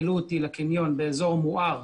העלו אותי לקניון באזור מואר.